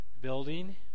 building